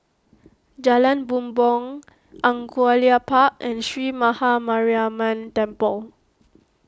Jalan Bumbong Angullia Park and Sree Maha Mariamman Temple